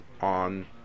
on